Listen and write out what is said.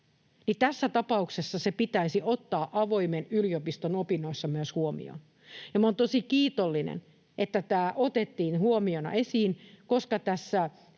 tässä tapauksessa se pitäisi ottaa avoimen yliopiston opinnoissa myös huomioon. Ja minä olen tosi kiitollinen, että tämä otettiin huomiona esiin, koska tässä